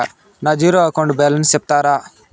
నా zero account balance సెప్తారా?